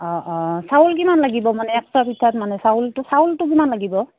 অঁ অঁ চাউল কিমান লাগিব মানে এক্সট্ৰা পিঠাত মানে চাউলটো চাউলটো কিমান লাগিব